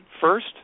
first